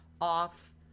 off